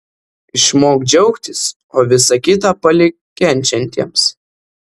išmok džiaugtis o visa kita palik kenčiantiems